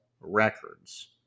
records